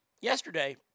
Yesterday